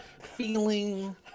feeling